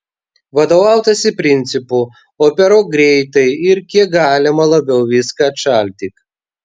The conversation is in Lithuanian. vadovautasi principu operuok greitai ir kiek galima labiau viską atšaldyk